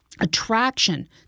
attraction